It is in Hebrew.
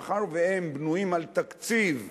מאחר שהם בנויים על תקציב קבוע,